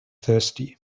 thirsty